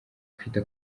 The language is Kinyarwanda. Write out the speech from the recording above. kwita